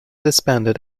disbanded